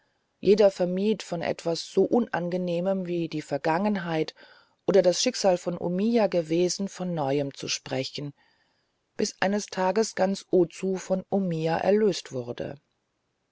jeder vermied von etwas so unangenehmem wie die vergangenheit und das schicksal des omiya gewesen von neuem zu sprechen bis eines tages ganz ozu von omiya erlöst wurde